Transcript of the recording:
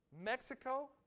Mexico